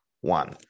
one